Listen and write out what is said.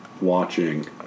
watching